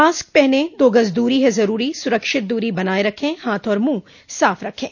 mask पहनें दो गज दूरी है जरूरी सुरक्षित दूरी बनाए रखें हाथ और मुंह साफ रखें